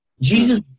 Jesus